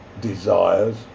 desires